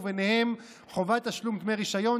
ובהם חובת תשלום דמי רישיון,